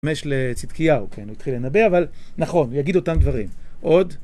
משל צדקיהו כן הוא התחיל לנבא אבל נכון הוא יגיד אותם דברים עוד